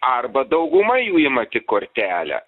arba dauguma jų ima tik kortelę